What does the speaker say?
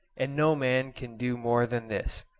and no man can do more than this.